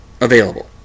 available